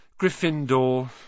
Gryffindor